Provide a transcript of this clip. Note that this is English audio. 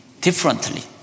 differently